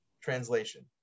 translation